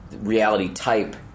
reality-type